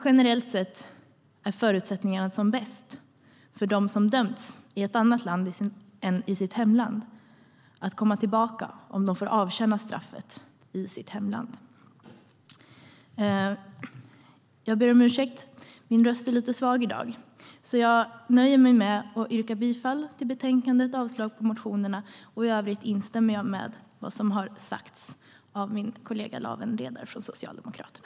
Generellt sett är förutsättningarna som bäst för dem som har dömts i ett annat land än i sitt hemland om de får komma tillbaka och avtjäna straffet i sitt hemland. Min röst är lite svag i dag, så jag nöjer mig med att yrka bifall till utskottets förslag och avslag på motionerna. I övrigt instämmer jag i vad som har sagts av min kollega Lawen Redar från Socialdemokraterna.